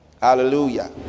hallelujah